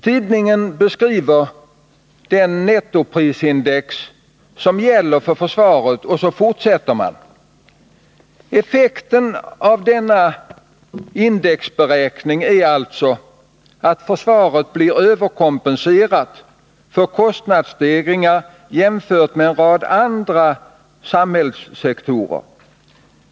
Tidningen beskriver det nettoprisindex som gäller för försvaret, och så fortsätter man: ”Effekten av denna indexberäkning är alltså att försvaret blir överkompenserat för kostnadsstegringar jämfört med en rad andra samhällssektorer.